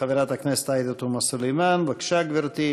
חברת הכנסת עאידה תומא סלימאן, בבקשה, גברתי.